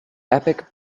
epic